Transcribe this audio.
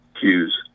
Cues